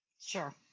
Sure